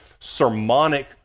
sermonic